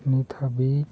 ᱱᱤᱛᱦᱟᱹᱵᱤᱡ